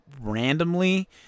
randomly